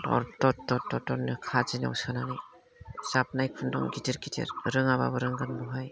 दर दर दर नो खादिनाव सोनानै जाबनाय खुन्दुं गिदिद गिदिद रोङाब्लाबो रोंगोन बहाय